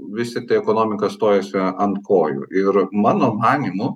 vis tiktai ekonomika stojasi ant kojų ir mano manymu